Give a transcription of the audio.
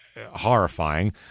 Horrifying